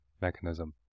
mechanism